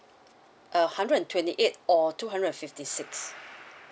uh hundred and twenty eight or two hundred and fifty six